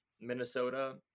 Minnesota